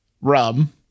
rum